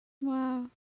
Wow